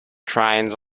trains